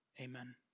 Amen